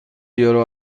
یورو